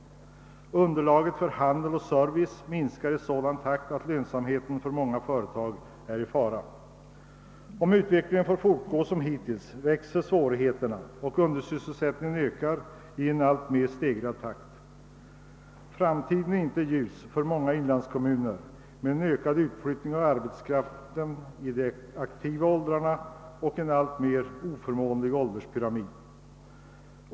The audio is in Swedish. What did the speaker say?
Underlaget för handel och service minskar i sådant tempo att lönsamheten för åtskilliga företag är i fara. Om utvecklingen får fortgå som hittills, växer svårigheterna och undersysselsättningen ökar allt snabbare. Framtiden är inte ljus för många inlandskommuner med en ökad utflyttning av arbetskraft i de aktiva åldrarna och en alltmer oförmånlig ålderspyramid.